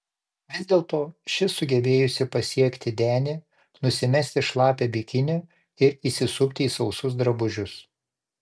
vis dėlto ši sugebėjusi pasiekti denį nusimesti šlapią bikinį ir įsisupti į sausus drabužius